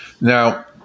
Now